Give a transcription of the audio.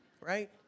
Right